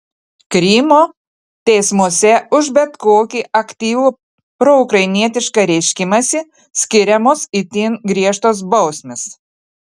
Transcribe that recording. krymo teismuose už bet kokį aktyvų proukrainietišką reiškimąsi skiriamos itin griežtos bausmės